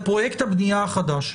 לפרויקט הבנייה החדש,